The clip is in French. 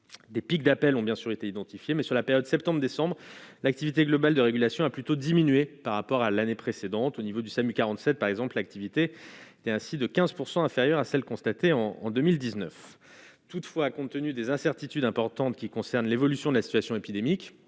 des pics d'appels ont bien sûr été identifiés mais sur la période septembre décembre l'activité globale de régulation a plutôt diminué par rapport à l'année précédente, au niveau du SAMU 47 par exemple, l'activité et ainsi de 15 % inférieure à celle constatée en en 2019 toutefois, compte tenu des incertitudes importantes qui concerne l'évolution de la situation épidémique